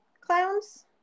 clowns